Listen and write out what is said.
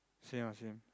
same ah same